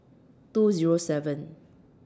two Zero seven